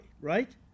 right